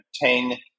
obtain